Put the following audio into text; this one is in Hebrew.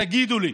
תגידו לי,